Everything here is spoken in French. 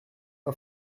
pas